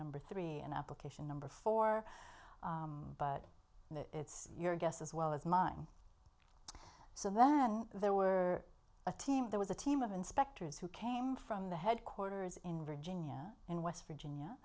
number three and application number four but it's your guess as well as mine so then there were a team there was a team of inspectors who came from the headquarters in virginia and west virginia